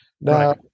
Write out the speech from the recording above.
Now